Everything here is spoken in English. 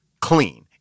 clean